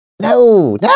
No